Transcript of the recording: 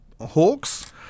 Hawks